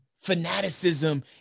fanaticism